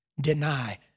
deny